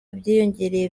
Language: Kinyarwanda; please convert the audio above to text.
byiyongereye